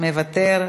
מוותר.